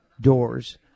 doors